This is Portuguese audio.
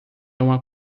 uma